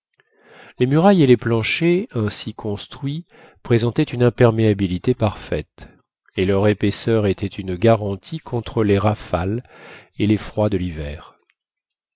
les murailles et les planchers ainsi construits présentaient une imperméabilité parfaite et leur épaisseur était une garantie contre les rafales et les froids de l'hiver